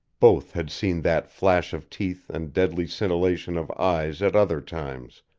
both had seen that flash of teeth and deadly scintillation of eyes at other times,